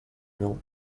nią